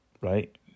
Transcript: Right